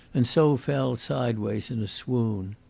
and so fell sideways in a swoon.